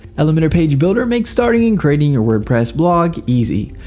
elementor page builder makes starting and creating your wordpress blog easy.